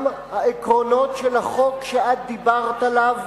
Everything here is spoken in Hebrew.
גם העקרונות של החוק שאת דיברת עליו,